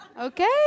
Okay